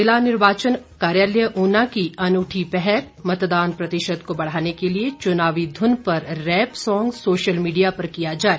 जिला निर्वाचन कार्यालय ऊना की अनूठी पहल मतदान प्रतिशत को बढ़ाने के लिए चुनावी धुन पर रैप सॉन्ग सोशल मीडिया पर किया जारी